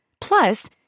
Plus